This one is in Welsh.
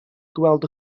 gweld